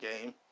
game